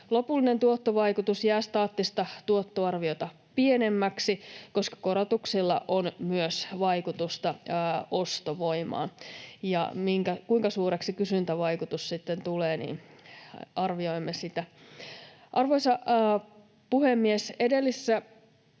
Lopullinen tuottovaikutus jää staattista tuottoarviota pienemmäksi, koska korotuksilla on myös vaikutusta ostovoimaan. Ja kuinka suureksi kysyntävaikutus sitten tulee, niin arvioimme sitä. Arvoisa puhemies! Edellisessä,